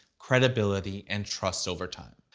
credibility, and trust over time.